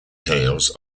tales